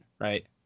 right